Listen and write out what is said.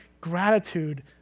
gratitude